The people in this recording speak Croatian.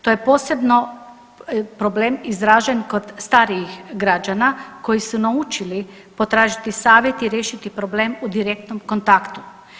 To je posebno problem izražen kod starijih građana koji su naučili potražiti savjet i riješiti problem u direktnom kontaktu.